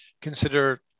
consider